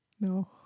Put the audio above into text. No